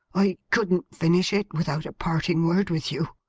i couldn't finish it, without a parting word with you.